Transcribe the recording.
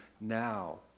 now